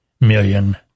million